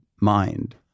mind